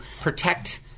protect